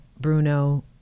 Bruno